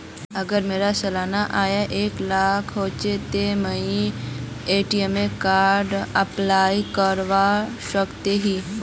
अगर मोर सालाना आय एक लाख होचे ते मुई ए.टी.एम कार्ड अप्लाई करवा सकोहो ही?